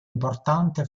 importante